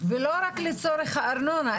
ולא רק לצורך הארנונה,